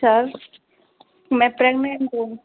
sir मै pregnant हूँ